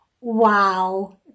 Wow